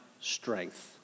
strength